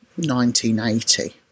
1980